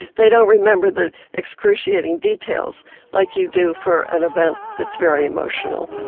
they don't remember the excruciating details like you do for an event that's very emotional.